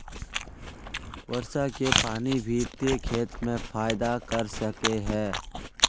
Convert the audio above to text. वर्षा के पानी भी ते खेत में फायदा कर सके है?